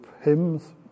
hymns